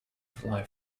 fly